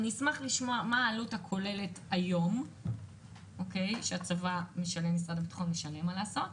לשמוע מה העלות הכוללת היום שמשרד הביטחון משלם על ההסעות.